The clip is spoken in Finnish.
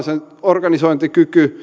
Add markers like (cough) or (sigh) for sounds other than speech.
(unintelligible) sen organisointikyky (unintelligible)